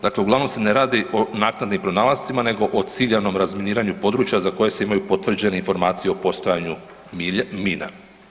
Dakle, uglavnom se ne radi o naknadnim pronalascima nego o ciljanom razminiranju područja za koje se imaju potvrđene informacije o postojanju mina.